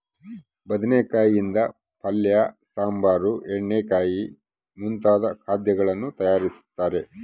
ಬದನೆಕಾಯಿ ಯಿಂದ ಪಲ್ಯ ಸಾಂಬಾರ್ ಎಣ್ಣೆಗಾಯಿ ಮುಂತಾದ ಖಾದ್ಯಗಳನ್ನು ತಯಾರಿಸ್ತಾರ